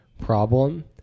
problem